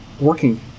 working